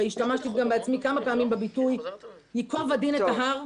והשתמשת בעצמי כמה פעמים בביטוי ייקוב הדין את ההר,